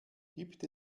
gibt